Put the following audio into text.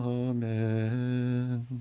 amen